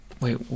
Wait